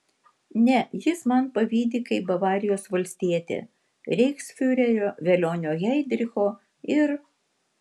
ne jis man pavydi kaip bavarijos valstietė reichsfiurerio velionio heidricho ir